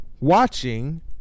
watching